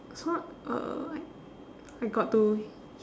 so uh I I got to